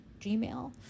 Gmail